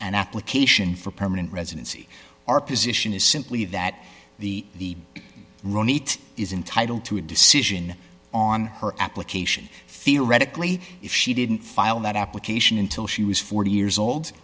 an application for permanent residency our position is simply that the wrong eat is entitled to a decision on her application theoretically if she didn't file that application until she was forty years old